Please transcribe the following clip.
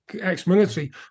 ex-military